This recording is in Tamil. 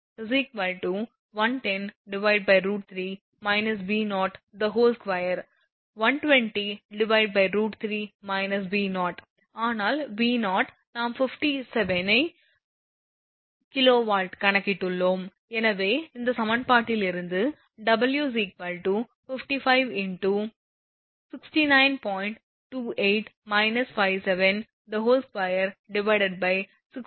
ஆனால் V0 நாம் 57 kV ஐ கணக்கிட்டுள்ளோம் எனவே இந்த சமன்பாட்டிலிருந்து W 55 × 69